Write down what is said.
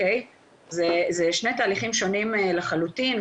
זה שני תהליכים שונים לחלוטין,